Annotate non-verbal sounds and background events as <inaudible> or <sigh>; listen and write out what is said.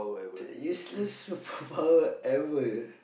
the useless <breath> superpower ever